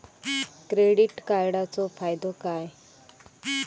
Credit कार्डाचो फायदो काय?